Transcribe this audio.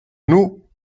nous